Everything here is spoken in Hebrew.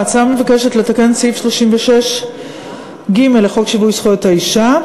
ההצעה מבקשת לתקן את סעיף 6ג3 לחוק שיווי זכויות האישה,